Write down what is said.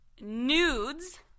Nudes